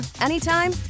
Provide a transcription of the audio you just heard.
anytime